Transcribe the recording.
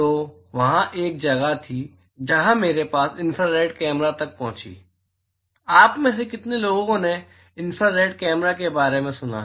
तो वहाँ एक जगह थी जहाँ मेरे पास इन्फ्रारेड कैमरा तक पहुँच थी आप में से कितने लोगों ने इन्फ्रारेड कैमरे के बारे में सुना है